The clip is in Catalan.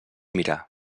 mirar